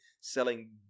selling